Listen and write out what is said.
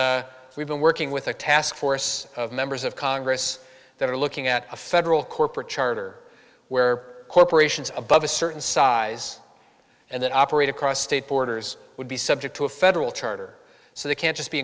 and we've been working with a task force of members of congress that are looking at a federal corporate charter where corporations above a certain size and then operate across state borders would be subject to a federal charter so they can't just be